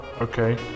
Okay